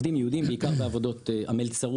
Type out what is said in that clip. עובדים יהודים עובדים בעיקר בעבודות המלצרות